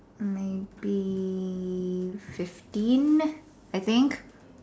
maybe fifteen I think